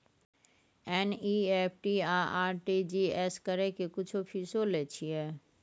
NEFT आ RTGS करै के कुछो फीसो लय छियै?